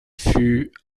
fut